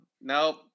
nope